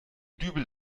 dübel